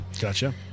Gotcha